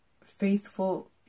...faithful